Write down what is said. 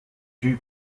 due